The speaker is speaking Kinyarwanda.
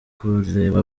kureba